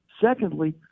Secondly